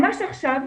ממש עכשיו,